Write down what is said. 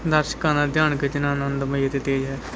ਦਰਸ਼ਕਾਂ ਦਾ ਧਿਆਨ ਖਿੱਚਣਾ ਆਨੰਦਮਈ ਅਤੇ ਤੇਜ਼ ਹੈ